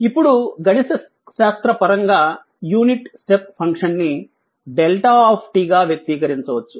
ఇప్పుడు గణితశాస్త్ర పరంగా యూనిట్ స్టెప్ ఫంక్షన్ ని δ గా వ్యక్తీకరించవచ్చు